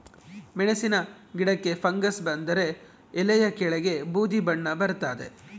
ಮೆಣಸಿನ ಗಿಡಕ್ಕೆ ಫಂಗಸ್ ಬಂದರೆ ಎಲೆಯ ಕೆಳಗೆ ಬೂದಿ ಬಣ್ಣ ಬರ್ತಾದೆ